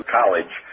college